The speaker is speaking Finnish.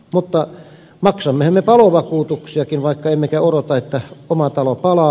mutta maksammehan me palovakuutuksiakin vaikka emme odota että oma talo palaa